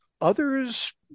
others